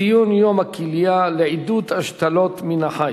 ציון יום הכליה לעידוד השתלות מן החי,